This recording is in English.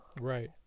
right